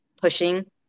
pushing